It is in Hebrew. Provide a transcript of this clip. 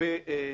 לגבי אשמתו.